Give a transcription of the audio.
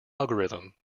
algorithm